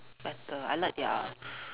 better I like their